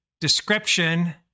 description